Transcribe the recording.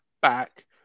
back